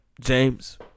James